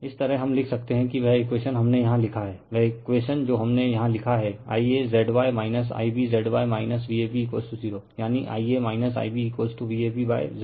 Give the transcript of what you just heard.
इस तरह हम लिख सकते हैं कि वह एक्वेशन हमने यहाँ लिखा है वह एक्वेशन जो हमने यहाँ लिखा हैं IaZy IbZy Vab0 यानि Ia IbVabZy